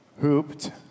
hooped